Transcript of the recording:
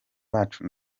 bacu